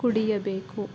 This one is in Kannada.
ಕುಡಿಯಬೇಕು